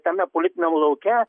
tame politiniam lauke